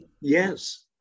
Yes